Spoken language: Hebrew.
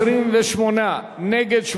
28 בעד, שמונה נגד.